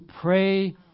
pray